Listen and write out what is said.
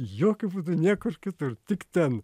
jokiu būdu niekur kitur tik ten